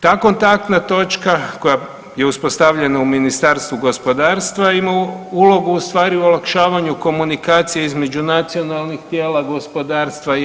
Ta Kontaktna točka koja je uspostavljena u Ministarstvu gospodarstva ima ulogu ustvari u olakšavanju komunikacije između nacionalnih tijela gospodarstva i EU.